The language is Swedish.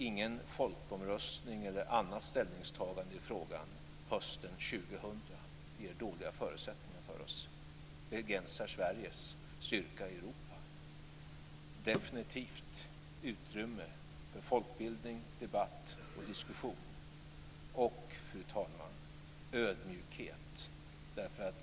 Ingen folkomröstning eller annat ställningstagande i frågan hösten 2000 - det ger dåliga förutsättningar för oss och begränsar Sveriges styrka i Europa. Definitivt utrymme för folkbildning, debatt och diskussion och, fru talman, ödmjukhet.